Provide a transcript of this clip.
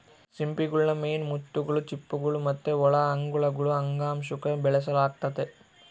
ಸಿಂಪಿಗುಳ್ನ ಮೇನ್ ಮುತ್ತುಗುಳು, ಚಿಪ್ಪುಗುಳು ಮತ್ತೆ ಒಳ ಅಂಗಗುಳು ಅಂಗಾಂಶುಕ್ಕ ಬೆಳೆಸಲಾಗ್ತತೆ